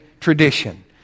tradition